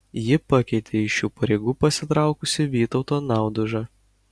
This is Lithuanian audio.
ji pakeitė iš šių pareigų pasitraukusi vytautą naudužą